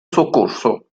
soccorso